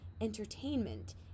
entertainment